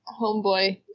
homeboy